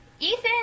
Ethan